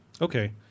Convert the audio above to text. Okay